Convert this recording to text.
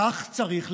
כך צריך להתנהג.